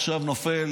עכשיו נופל,